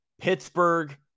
Pittsburgh